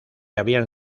habían